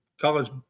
College